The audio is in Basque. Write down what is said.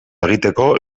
egiteko